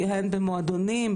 הן במועדונים,